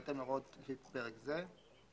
בהתאם להוראות לפי פרק זה,